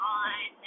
on